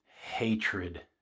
hatred